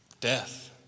death